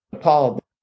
Paul